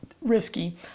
risky